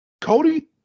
Cody